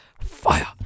fire